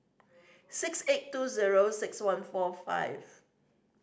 six eight two zero six one four five